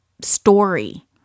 story